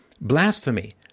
blasphemy